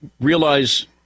realize